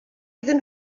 iddyn